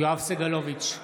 יואב סגלוביץ'